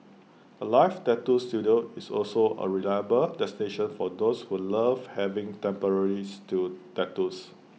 alive tattoo Studio is also A reliable destination for those who love having temporary still tattoos